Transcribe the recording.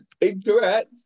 incorrect